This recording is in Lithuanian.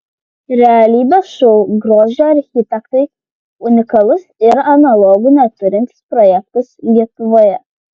realybės šou grožio architektai unikalus ir analogų neturintis projektas lietuvoje